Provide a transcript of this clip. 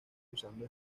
usando